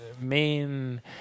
main